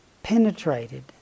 Penetrated